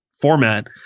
format